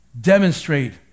demonstrate